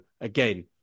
again